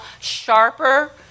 sharper